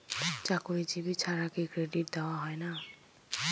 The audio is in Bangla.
চাকুরীজীবি ছাড়া কি ক্রেডিট কার্ড দেওয়া হয় না?